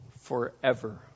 forever